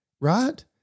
right